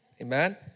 Amen